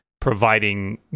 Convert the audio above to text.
providing